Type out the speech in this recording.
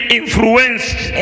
influenced